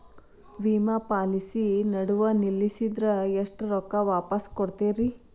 ವಿಮಾ ಪಾಲಿಸಿ ನಡುವ ನಿಲ್ಲಸಿದ್ರ ಎಷ್ಟ ರೊಕ್ಕ ವಾಪಸ್ ಕೊಡ್ತೇರಿ?